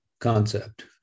concept